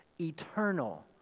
eternal